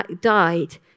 died